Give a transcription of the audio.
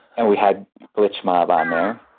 and we had glitch mob on there.